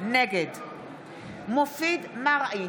נגד מופיד מרעי,